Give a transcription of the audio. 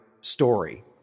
story